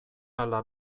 ala